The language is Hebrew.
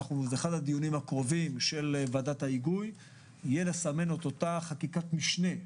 באחד הדיונים הקרובים של וועדת ההיגוי נסמן את אותה חקיקת משנה,